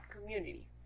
community